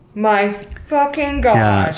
my fucking god.